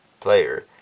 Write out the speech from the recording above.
player